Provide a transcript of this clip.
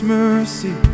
mercy